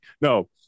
No